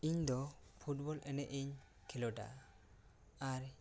ᱤᱧ ᱫᱚ ᱯᱷᱩᱴᱵᱚᱞ ᱮᱱᱮᱡ ᱤᱧ ᱠᱷᱮᱞᱳᱰᱟ ᱟᱨ